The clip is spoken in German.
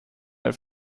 eine